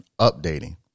updating